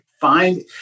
Find